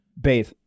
bathe